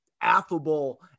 affable